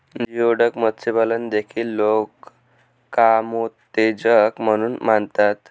geoduck मत्स्यपालन देखील लोक कामोत्तेजक म्हणून मानतात